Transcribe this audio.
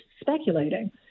speculating